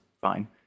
fine